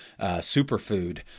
superfood